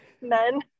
men